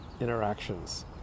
interactions